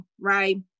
right